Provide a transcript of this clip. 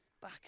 back